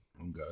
okay